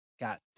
got